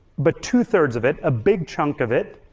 but two-thirds of it, a big chunk of it,